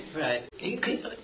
right